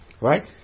Right